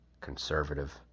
conservative